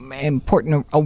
important